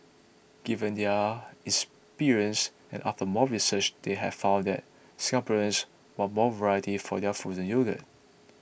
given their experience and after more research they have found that Singaporeans want more variety for their frozen yogurt